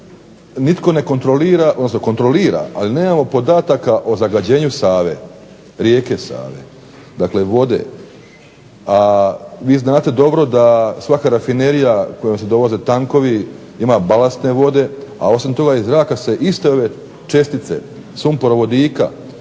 odnosno kontrolira ali nemamo podataka o zagađenju Save, rijeke Save. Dakle, vode. A vi znate dobro da svaka rafinerija kojom se dovoze tankovi ima balastne vode, a osim toga iz zraka se iste ove čestice sumporovodika,